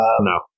No